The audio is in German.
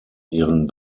ihren